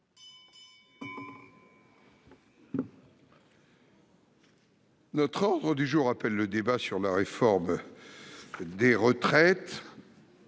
L'ordre du jour appelle le débat sur la réforme des retraites,